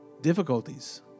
Difficulties